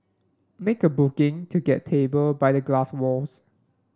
make a booking to get a table by the glass walls